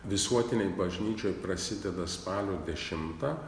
visuotinėj bažnyčioj prasideda spalio dešimtą